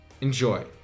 Enjoy